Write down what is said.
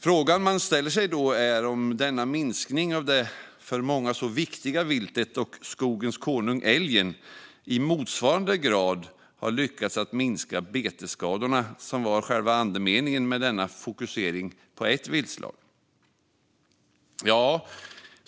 Frågan är då om denna minskning av det för många så viktiga viltet och skogens konung älgen i motsvarande grad har lyckats minska betesskadorna, som var själva andemeningen med denna fokusering på ett viltslag.